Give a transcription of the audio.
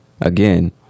again